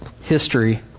history